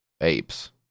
apes